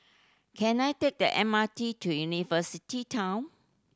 can I take the M R T to University Town